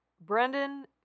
Brendan